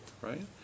Right